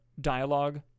dialogue